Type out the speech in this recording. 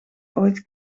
ooit